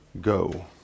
Go